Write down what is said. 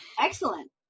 Excellent